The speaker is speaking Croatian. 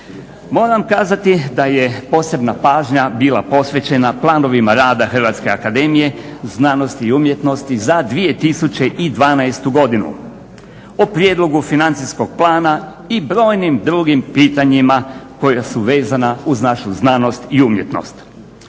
Moram kazati da je posebna pažnja bila posvećena planovima rada HAZU za 2012. godinu, o prijedlogu financijskog plana i brojnim drugim pitanjima koja su vezana uz našu znanost i umjetnost.